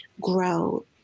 grow